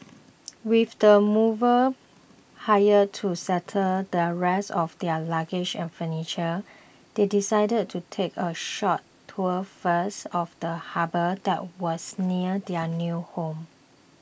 with the movers hired to settle the rest of their luggage and furniture they decided to take a short tour first of the harbour that was near their new home